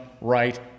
right